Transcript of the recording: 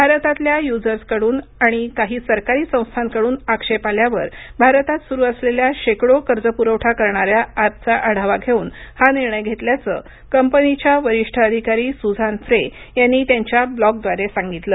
भारतातल्या युझर्सकडून आणि काही सरकारी संस्थांकडून आक्षेप आल्यावर भारतात सुरू असलेल्या शेकडो कर्ज पुरवठा करणाऱ्या एपचा आढावा घेऊन हा निर्णय घेतल्याचं कंपनीच्या वरिष्ठ अधिकारी सुझान फ्रे यांनी त्यांच्या ब्लॉगद्वारे सांगितलं